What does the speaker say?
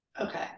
Okay